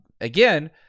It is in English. Again